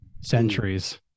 centuries